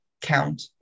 count